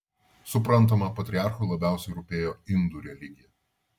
suprantama patriarchui labiausiai rūpėjo indų religija